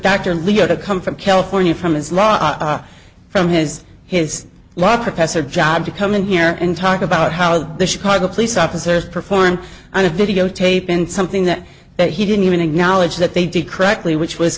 to come from california from his lawyer from his his law professor job to come in here and talk about how the chicago police officers performed on a videotape in something that that he didn't even acknowledge that they did critically which was